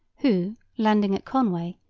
who, landing at conway,